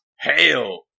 Hail